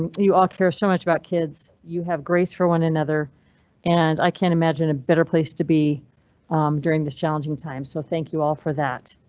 you all care so much about kids you have grace for one another and i can't imagine a better place to be during this challenging time. so thank you all for that.